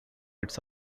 its